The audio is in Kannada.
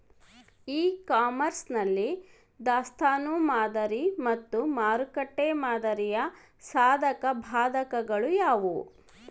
ಇ ಕಾಮರ್ಸ್ ನಲ್ಲಿ ದಾಸ್ತನು ಮಾದರಿ ಮತ್ತು ಮಾರುಕಟ್ಟೆ ಮಾದರಿಯ ಸಾಧಕಬಾಧಕಗಳು ಯಾವುವು?